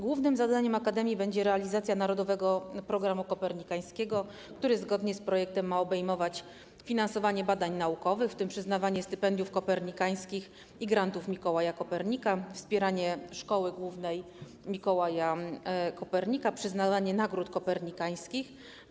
Głównym zadaniem akademii będzie realizacja Narodowego Programu Kopernikańskiego, który zgodnie z projektem ma obejmować finansowanie badań naukowych, w tym przyznawanie stypendiów kopernikańskich i grantów Mikołaja Kopernika, wspieranie Szkoły Głównej Mikołaja Kopernika, przyznawanie nagród kopernikańskich.